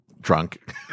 Drunk